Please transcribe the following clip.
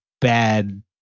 bad